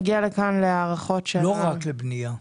לא רק לבנייה.